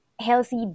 healthy